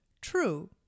True